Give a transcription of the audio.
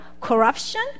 corruption